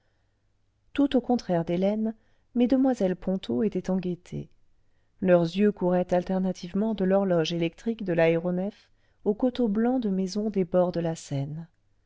tout au contraire d'hélène m cs ponto étaient en gaieté leurs yeux couraient alternativement de l'horloge électrique de l'aéronef aux coteaux blancs de maisons des bords de la seine